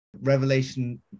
Revelation